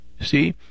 see